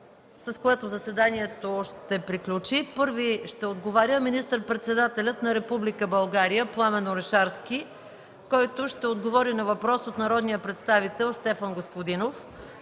с което заседанието ще приключи: 1. Министър-председателят на Република България Пламен Орешарски ще отговори на въпрос от народния представител Стефан Господинов.